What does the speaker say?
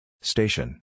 Station